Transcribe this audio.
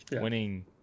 winning